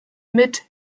mit